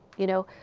you know?